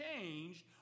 changed